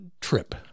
trip